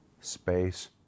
space